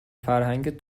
فرهنگت